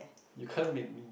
you can't make me